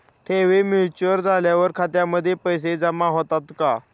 ठेवी मॅच्युअर झाल्यावर खात्यामध्ये पैसे जमा होतात का?